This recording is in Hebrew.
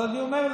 אבל אני אומר,